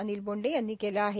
अनिल बोंडे यांनी केले आहे